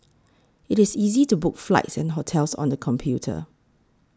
it is easy to book flights and hotels on the computer